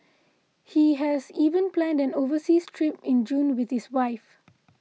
he has even planned an overseas trip in June with his wife